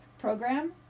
program